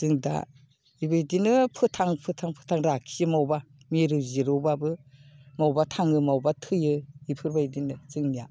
जों दा बेबादिनो फोथां फोथां फोथां लाखियो माबेयावबा मिरौ जिरौबाबो माबेयावबा थाङो माबेयावबा थैयो बेफोरबायदिनो जोंनिया